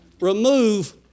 remove